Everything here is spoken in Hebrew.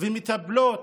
שמטפלות